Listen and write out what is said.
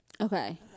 Okay